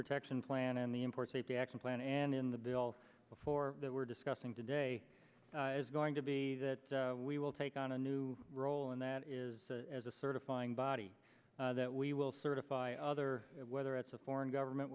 protection plan and the import safety action plan and in the bill before that we're discussing today is going to be that we will take on a new role and that is as a certifying body that we will certify other whether it's a foreign government